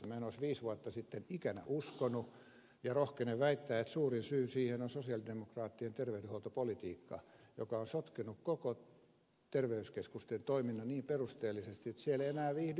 minä en olisi viisi vuotta sitten ikänä sitä uskonut ja rohkenen väittää että suurin syy siihen on sosialidemokraattien terveydenhuoltopolitiikka joka on sotkenut koko terveyskeskusten toiminnan niin perusteellisesti että siellä ei enää viihdy kukaan